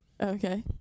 okay